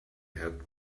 had